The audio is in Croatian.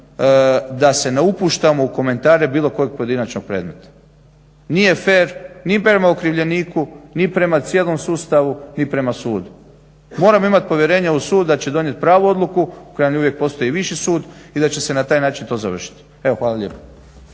da se ne upuštamo u komentare bilo kojeg pojedinačnog predmeta. Nije fer ni prema okrivljeniku ni prema cijelom sustavu ni prema sudu. Moramo imat povjerenja u sud da će donijet pravu odluku, … uvijek postoji viši sud i da će se na taj način to završiti. Evo hvala lijepa.